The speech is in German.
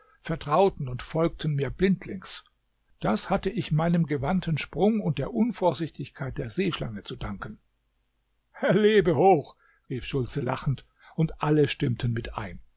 vertrauten und folgten mir blindlings das hatte ich meinem gewandten sprung und der unvorsichtigkeit der seeschlange zu danken er lebe hoch rief schultze lachend und alle stimmten mit ein